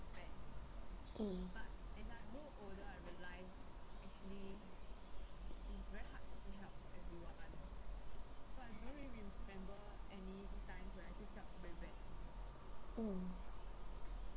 mm mm